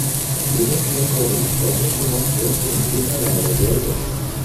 vyresnieji karališkosios šeimos princai jį be galo gerbė